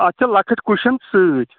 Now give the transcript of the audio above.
اَتھ چھِ لۅکٕٹۍ کُشَن سۭتۍ